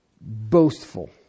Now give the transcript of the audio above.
boastful